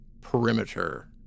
perimeter